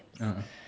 a'ah